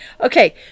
Okay